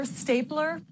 stapler